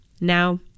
Now